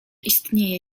istnieje